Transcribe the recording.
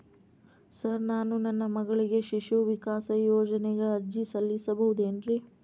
Sir ನಾನು ನನ್ನ ಮಗಳಿಗೆ ಶಿಶು ವಿಕಾಸ್ ಯೋಜನೆಗೆ ಅರ್ಜಿ ಸಲ್ಲಿಸಬಹುದೇನ್ರಿ?